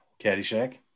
Caddyshack